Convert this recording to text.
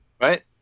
right